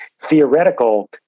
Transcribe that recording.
theoretical